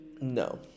No